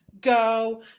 go